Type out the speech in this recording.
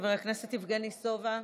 חבר הכנסת יבגני סובה,